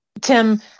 Tim